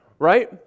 Right